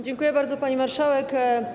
Dziękuję bardzo, pani marszałek.